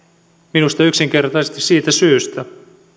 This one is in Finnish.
minusta yksinkertaisesti siitä syystä